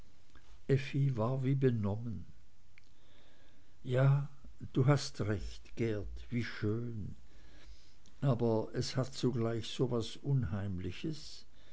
war wie benommen ja du hast recht geert wie schön aber es hat zugleich so was unheimliches